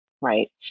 right